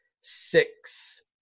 six